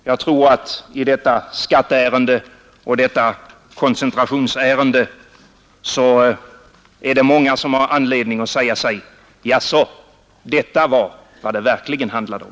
Jag tror att i detta skatteärende och detta koncentrationsärende är det många som har anledning att säga sig: Jaså, detta var vad det verkligen handlade om.